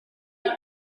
fawr